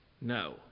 No